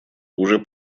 уже